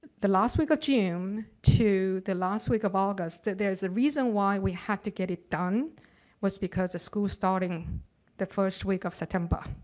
the last week of june to the last week of august, there's a reason why we had to get it done was because of school starting the first week of september.